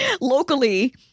locally